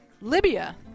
Libya